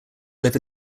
live